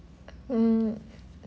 hmm